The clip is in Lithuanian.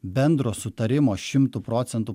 bendro sutarimo šimtu procentų